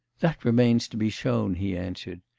that remains to be shown he answered.